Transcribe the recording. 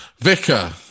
Vicar